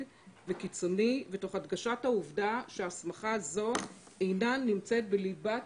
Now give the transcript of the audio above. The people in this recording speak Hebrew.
וקיצוני ותוך הדגשת העובדה שהסמכה זו אינה נמצאת בליבת